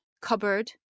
cupboard